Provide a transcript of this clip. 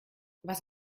was